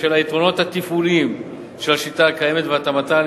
בשל היתרונות התפעוליים של השיטה הקיימת והתאמתה